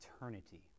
eternity